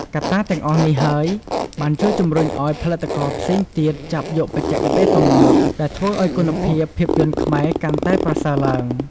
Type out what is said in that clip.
កត្តាទាំងអស់នេះហើយ បានជួយជំរុញឱ្យផលិតករផ្សេងទៀតចាប់យកបច្ចេកទេសទំនើប ដែលធ្វើឱ្យគុណភាពភាពយន្តខ្មែរកាន់តែប្រសើរឡើង។